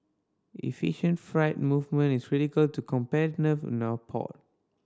efficient freight movement is critical to competitiveness port